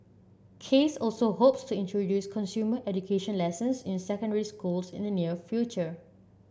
case also hopes to introduce consumer education lessons in secondary schools in the near future